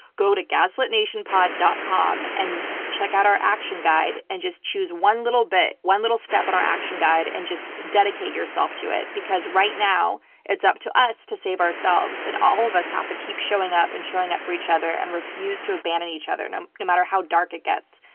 go to gaslitnationpod. com and check out our action guide and just choose one little bit, one little step on our action guide and just dedicate yourself to it, because right now it's up to us to save ourselves. all of us have to keep showing up and showing up for each other, and refuse to abandon each other no no matter how dark it gets.